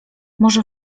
może